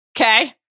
Okay